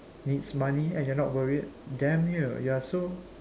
needs money and you are not worried damn you you are so